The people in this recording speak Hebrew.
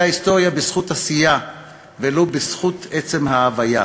ההיסטוריה בזכות עשייה ולא בזכות עצם ההוויה,